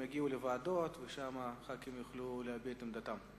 הם יגיעו לוועדות ושם הח"כים יוכלו להביע את עמדתם.